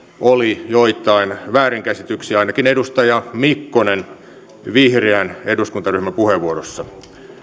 oli joitain väärinkäsityksiä ainakin edustaja mikkosella vihreän eduskuntaryhmän puheenvuorossa